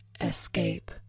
escape